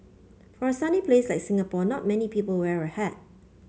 for a sunny places like Singapore not many people wear a hat